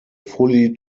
fully